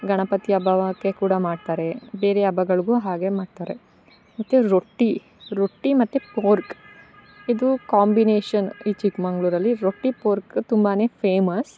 ಗಣಪತಿ ಹಬ್ಬವಾಕೆ ಕೂಡ ಮಾಡ್ತಾರೆ ಬೇರೆ ಹಬ್ಬಗಳ್ಗು ಹಾಗೆ ಮಾಡ್ತಾರೆ ಮತ್ತು ರೊಟ್ಟಿ ರೊಟ್ಟಿ ಮತ್ತು ಪೋರ್ಕ್ ಇದು ಕಾಂಬಿನೇಷನ್ ಈ ಚಿಕ್ಕಮಗ್ಳೂರಲ್ಲಿ ರೊಟ್ಟಿ ಪೊರ್ಕ್ ತುಂಬ ಫೇಮಸ್